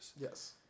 Yes